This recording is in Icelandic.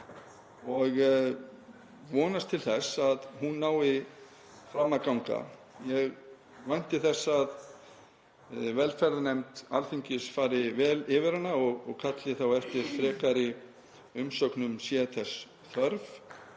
ég vonast til þess að hún nái fram að ganga. Ég vænti þess að velferðarnefnd Alþingis fari vel yfir hana og kalli þá eftir frekari umsögnum sé þess þörf